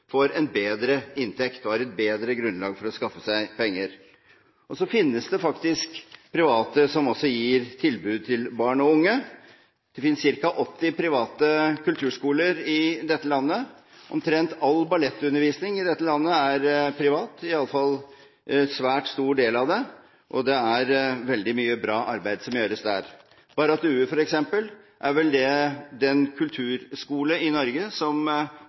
får en bedre inntekt og har et bedre grunnlag for å skaffe seg penger. Det finnes faktisk også private som gir tilbud til barn og unge. Det finnes ca. 80 private kulturskoler i dette landet. Omtrent all ballettundervisning er privat, i alle fall en svært stor del av den, og det gjøres veldig mye bra arbeid der. Barratt Due f.eks. er vel den kulturskolen i Norge som